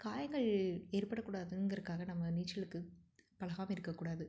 காயங்கள் ஏற்படக்கூடாதுங்கிறதுக்காக நம்ம நீச்சலுக்குப் பழகாம இருக்கக்கூடாது